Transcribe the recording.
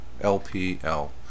LPL